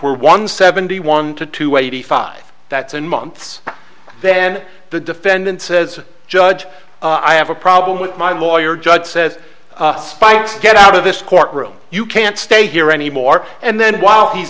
were one seventy one to two eighty five that's in months then the defendant says judge i have a problem with my lawyer judge says spikes get out of this courtroom you can't stay here any more and then while he's